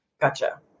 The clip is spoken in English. Gotcha